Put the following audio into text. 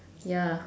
ya